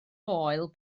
foel